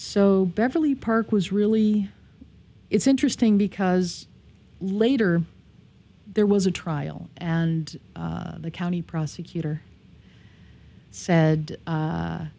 so beverly park was really it's interesting because later there was a trial and the county prosecutor said